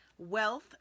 Wealth